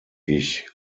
ich